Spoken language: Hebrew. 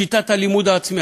שיטת הלימוד העצמי.